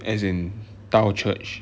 as in 到 church